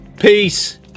Peace